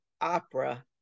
opera